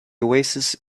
oasis